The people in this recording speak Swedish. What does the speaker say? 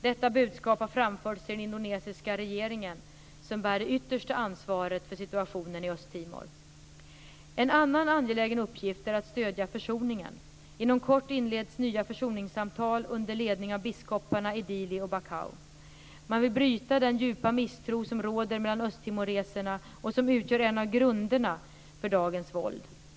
Detta budskap har framförts till den indonesiska regeringen, som bär det yttersta ansvaret för situationen i Östtimor. En annan angelägen uppgift är att stödja försoning i Östtimor. Inom kort inleds nya försoningssamtal under ledning av biskoparna i Dili och Baucau. Man vill bryta den djupa misstro som råder mellan östtimoreserna och som utgör en av grunderna för dagens våld.